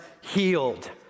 healed